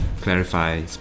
clarify